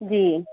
جی